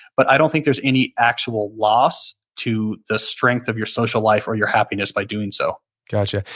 but i don't think there's any actual loss to the strength of your social life or your happiness by doing so gotcha.